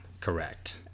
correct